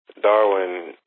Darwin